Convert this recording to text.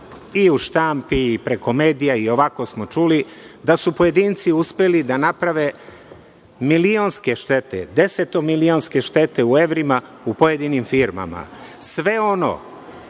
i u štampi i preko medija i ovako smo čuli da su pojedinci uspeli da naprave milionske štete, desetomilionske štete u evrima u pojedinim firmama. Sve ono